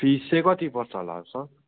fees चाहिँ कति पर्छ होला सर